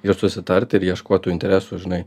ir susitart ir ieškot tų interesų žinai